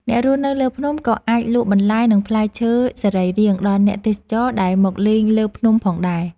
អ្នករស់នៅលើភ្នំ ក៏អាចលក់បន្លែ និងផ្លែឈើសរីរាង្គដល់អ្នកទេសចរណ៍ដែលមកលេងលើភ្នំផងដែរ។